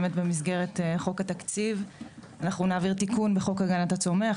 באמת במסגרת חוק התקציב אנחנו נעביר תיקון לחוק הגנת הצומח,